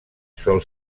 sol